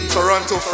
Toronto